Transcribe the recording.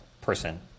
person